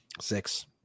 Six